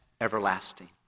everlasting